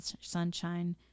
sunshine